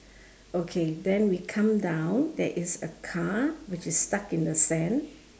okay then we come down there is a car which is stuck in a sand